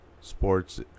sports